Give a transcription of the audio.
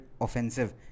offensive